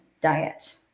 diet